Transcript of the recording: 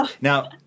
Now